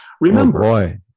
Remember